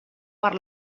per